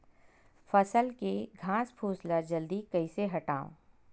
फसल के घासफुस ल जल्दी कइसे हटाव?